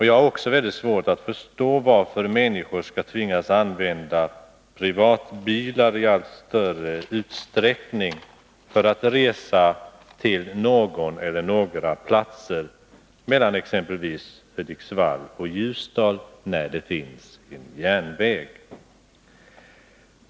Jag har också väldigt svårt att förstå varför människor skall tvingas använda personbilar i allt större utsträckning för att resa till någon eller några platser mellan exempelvis Hudiksvall och Ljusdal, när det finns en järnväg.